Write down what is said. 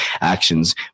actions